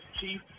Chief